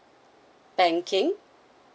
banking